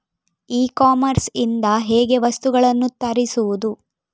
E commerce ಇಂದ ಹೇಗೆ ವಸ್ತುಗಳನ್ನು ತರಿಸುವುದು?